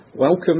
Welcome